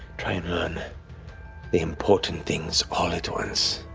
try and learn the important things all at once.